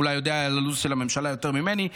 אולי אתה יודע את הלו"ז של הממשלה יותר ממני,